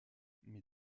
mais